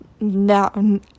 no